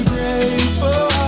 Grateful